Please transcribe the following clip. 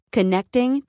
Connecting